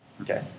Okay